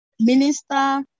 minister